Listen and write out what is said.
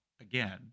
again